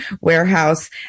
warehouse